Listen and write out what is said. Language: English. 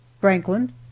Franklin